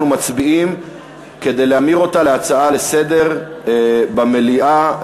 אנחנו מצביעים כדי להמיר אותה להצעה לסדר-היום במליאה.